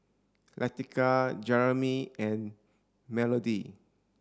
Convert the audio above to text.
Leticia Jeremey and Melodie